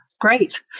Great